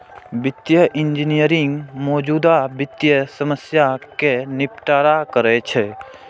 वित्तीय इंजीनियरिंग मौजूदा वित्तीय समस्या कें निपटारा करै छै